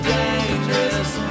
dangerous